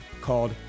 called